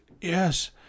Yes